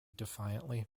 defiantly